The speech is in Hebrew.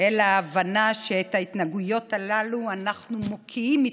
אלא ההבנה שאת התנהגויות הללו אנחנו מוקיעים.